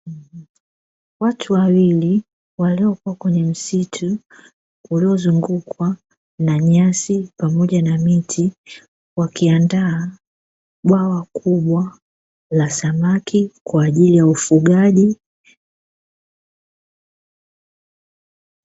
Watu wawili waliopo kwenye msitu uliozungukwa na nyasi pamoja na miti, wakiandaa bwawa kubwa la samaki, kwa ajili ya ufugaji.